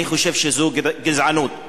אני חושב שזו גזענות.